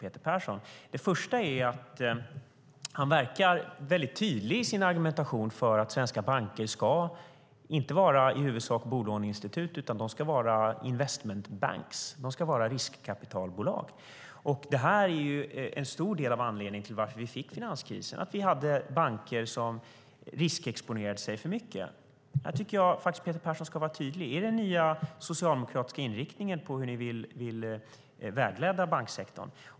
Peter Persson verkar tydlig i sin argumentation för att svenska banker i huvudsak inte ska vara bolåneinstitut utan investment banks, det vill säga riskkapitalbolag. En stor del av anledningen till finanskrisen är att det fanns banker som riskexponerade sig för mycket. Här tycker jag att Peter Persson ska vara tydlig. Är det den nya socialdemokratiska inriktningen på hur ni vill vägleda banksektorn?